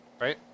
Right